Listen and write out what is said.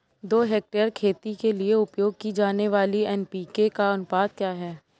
दो हेक्टेयर खेती के लिए उपयोग की जाने वाली एन.पी.के का अनुपात क्या है?